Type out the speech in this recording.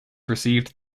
received